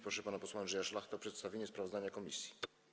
Proszę pana posła Andrzeja Szlachtę o przedstawienie sprawozdania komisji.